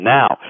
now